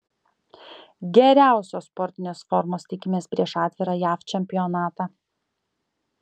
geriausios sportinės formos tikimės prieš atvirą jav čempionatą